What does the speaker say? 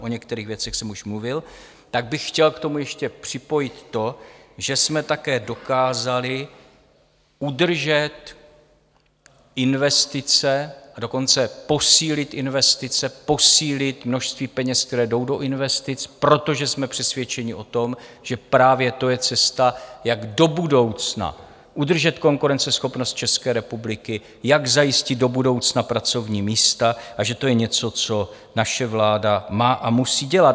O některých věcech jsem už mluvil, tak bych chtěl k tomu ještě připojit to, že jsme také dokázali udržet investice, a dokonce posílit investice, posílit množství peněz, které jdou do investic, protože jsme přesvědčeni o tom, že právě to je cesta, jak do budoucna udržet konkurenceschopnost České republiky, jak zajistit do budoucna pracovní místa, a že to je něco, co naše vláda má a musí dělat.